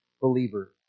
believer